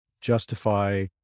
justify